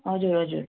हजुर हजुर